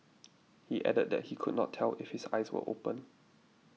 he added that he could not tell if his eyes were open